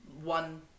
one